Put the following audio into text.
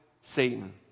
Satan